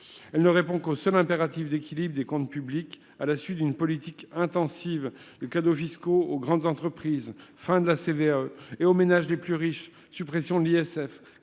Elle ne répond qu'aux seuls impératifs d'équilibre des comptes publics, à la suite d'une politique intensive de cadeaux fiscaux aux grandes entreprises. Fin de la sévère et aux ménages les plus riches. Suppression de l'ISF,